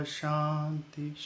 Shanti